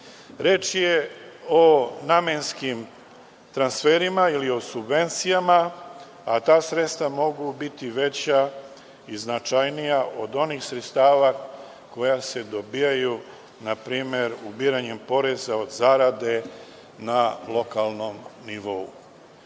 Reč je o namenskim transferima ili o subvencijama, a ta sredstva mogu biti veća i značajnija od onih sredstava koja se dobijaju, na primer, ubiranjem poreza od zarade na lokalnom nivou. Dakle,